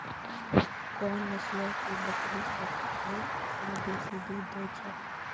कोन नस्लो के बकरी सभ्भे से बेसी दूध दै छै?